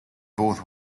both